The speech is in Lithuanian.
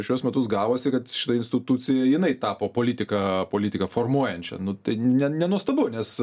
šiuos metus gavosi kad šita institucija jinai tapo politiką politiką formuojančia nu tai ne nenuostabu nes